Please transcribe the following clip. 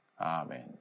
amen